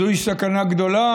זוהי סכנה גדולה.